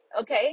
okay